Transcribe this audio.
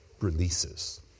releases